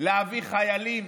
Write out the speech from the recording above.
להביא חיילים